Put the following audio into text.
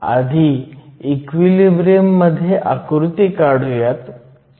he built in potential kTeln NANDni2 आहे